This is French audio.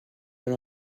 dans